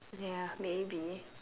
ya maybe